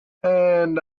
and